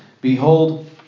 Behold